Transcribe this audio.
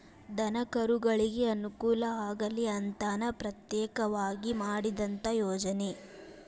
ದನಕರುಗಳಿಗೆ ಅನುಕೂಲ ಆಗಲಿ ಅಂತನ ಪ್ರತ್ಯೇಕವಾಗಿ ಮಾಡಿದಂತ ಯೋಜನೆ